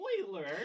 spoiler